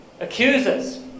accusers